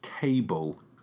Cable